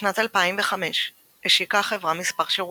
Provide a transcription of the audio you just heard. בשנת 2005 השיקה החברה מספר שירותים,